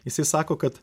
jisai sako kad